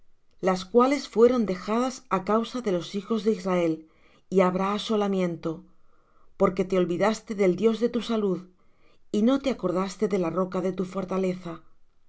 las cuales fueron dejadas á causa de los hijos de israel y habrá asolamiento porque te olvidaste del dios de tu salud y no te acordaste de la roca de tu fortaleza